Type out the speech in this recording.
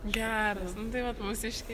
geras tai vat mūsiškė